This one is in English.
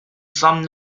some